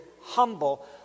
humble